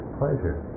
pleasure